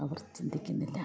അവർ ചിന്തിക്കുന്നില്ല